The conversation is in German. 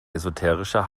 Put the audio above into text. esoterische